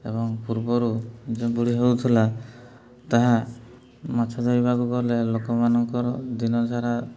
ଏବଂ ପୂର୍ବରୁ ଯେଉଁଭଳି ହେଉଥିଲା ତାହା ମାଛ ଧରିବାକୁ ଗଲେ ଲୋକମାନଙ୍କର ଦିନ ସାରା